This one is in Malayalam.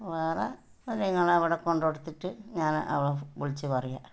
വേറെ നിങ്ങൾ അവിടെ കൊണ്ട് കൊടുത്തിട്ട് ഞാൻ അവളെ വിളിച്ച് പറയാം